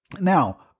Now